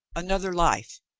another life.